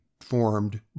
formed